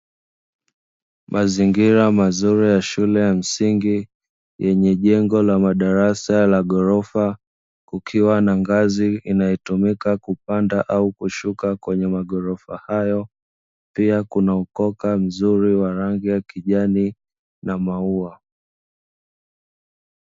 Mazingira mazuri ya shule ya msingi yenye jengo la madarasa la ghorofa, kukiwa na ngazi inayotumika kupanda au kushuka kwenye maghorofa hayo; pia kuna ukoka mzuri wa rangi ya kijani na maua.